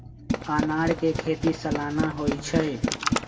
अनारकें खेति सलाना होइ छइ